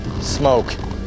Smoke